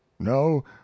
No